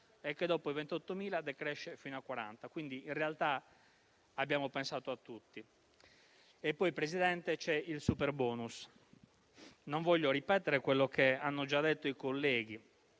e che dopo i 28.000 decresce fino a 40.000. Quindi, in realtà abbiamo pensato a tutti. Poi, Presidente, c'è il superbonus. Non voglio ripetere quello che hanno già detto i colleghi;